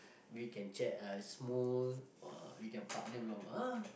we can chat at Smoo or we can partner ah